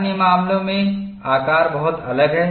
अन्य मामलों में आकार बहुत अलग है